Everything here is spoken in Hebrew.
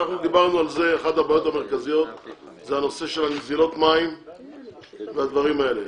אחת הבעיות המרכזיות זה הנושא של נזילות מים והדברים האלה.